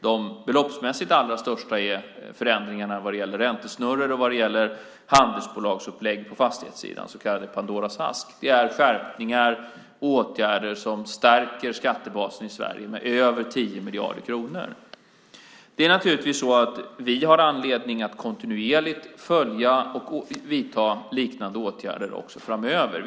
De beloppsmässigt allra största är förändringarna vad gäller räntesnurror och vad gäller handelsbolagsupplägg på fastighetssidan, så kallade Pandoras askar. Det är skärpningar och åtgärder som stärker skattebasen i Sverige med över 10 miljarder kronor. Vi har naturligtvis anledning att kontinuerligt följa upp och vidta liknande åtgärder också framöver.